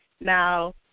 Now